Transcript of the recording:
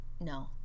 No